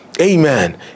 amen